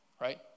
right